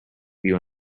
you